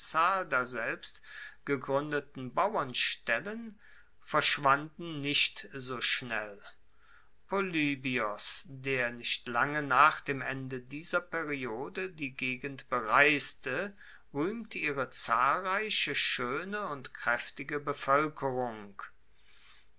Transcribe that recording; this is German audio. anzahl daselbst gegruendeten bauernstellen verschwanden nicht so schnell polybios der nicht lange nach dem ende dieser periode die gegend bereiste ruehmt ihre zahlreiche schoene und kraeftige bevoelkerung